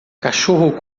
cachorro